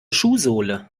schuhsohle